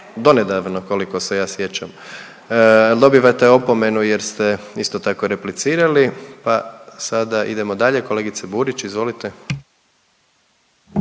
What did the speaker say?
donedavno, koliko se ja sjećam, al' dobivate opomenu jer ste isto tako, replicirali, pa sada idemo dalje, kolegice Burić, izvolit.